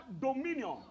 dominion